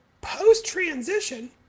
post-transition